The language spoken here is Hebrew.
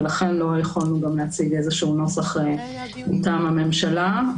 ולכן לא יכולנו גם להציג איזשהו נוסח מטעם הממשלה.